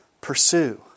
pursue